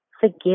Forgive